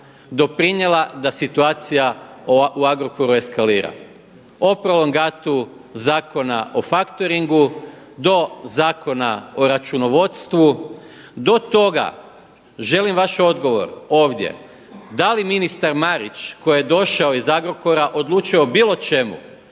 doprinijela da situacija u Agrokoru eskalira, o prolongatu Zakona o faktoringu, do Zakona o računovodstvu do toga želim vaš odgovor ovdje da li ministar Marić koji je došao iz Agrokora odlučio o bilo čemu.